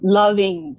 loving